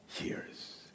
years